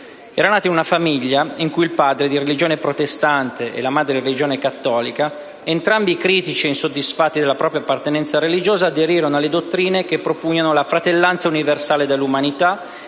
Era nata in una famiglia in cui il padre, di religione protestante, e la madre, di religione cattolica, entrambi critici e insoddisfatti della propria appartenenza religiosa, aderirono alle dottrine che propugnano la fratellanza universale dell'umanità,